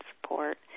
support